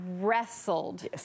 wrestled